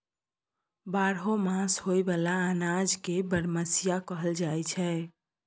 बारहो मास होए बला अनाज के बरमसिया कहल जाई छै